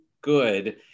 good